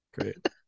Great